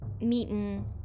meeting